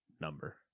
number